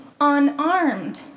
unarmed